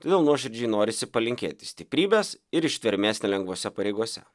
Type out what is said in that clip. todėl nuoširdžiai norisi palinkėti stiprybės ir ištvermės nelengvose pareigose